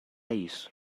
isso